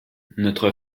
notre